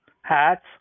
hats